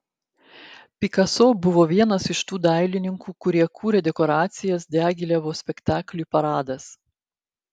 pikaso buvo vienas iš tų dailininkų kurie kūrė dekoracijas diagilevo spektakliui paradas